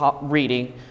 reading